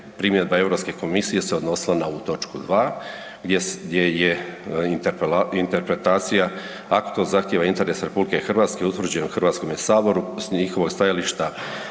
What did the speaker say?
primjedba EU komisije se odnosila na ovu točku 2. gdje je interpretacija, ako to zahtijeva interes RH utvrđen u HS-u s njihovog stajališta